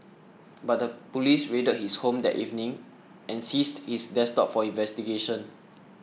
but the police raided his home that evening and seized his desktop for investigation